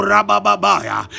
Rabababaya